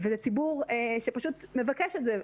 ולציבור שפשוט מבקש את זה.